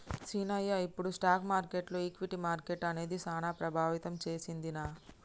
సీనయ్య ఇప్పుడు స్టాక్ మార్కెటులో ఈక్విటీ మార్కెట్లు అనేది సాన ప్రభావితం సెందినదిరా